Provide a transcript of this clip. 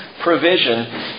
provision